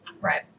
Right